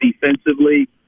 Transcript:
defensively